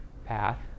path